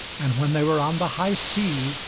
and when they were on the high sea,